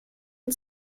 and